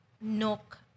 Nook